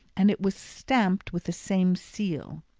and it was stamped with the same seal.